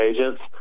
agents